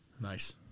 nice